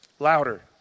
Louder